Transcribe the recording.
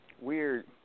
weird